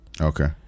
Okay